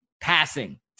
passing